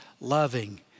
loving